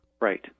Right